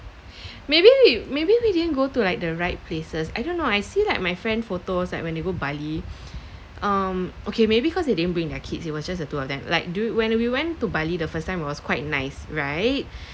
maybe maybe we didn't go to like the right places I don't know I see like my friend photos like when they go bali um okay maybe cause they didn't bring their kids it was just the two of them like during when we went to bali the first time was quite nice right